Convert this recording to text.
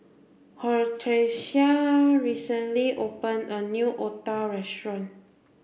Hortensia recently open a new Otah restaurant